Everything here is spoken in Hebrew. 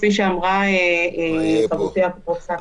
כפי שאמרה האפוטרופוס הכללי,